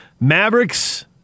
Mavericks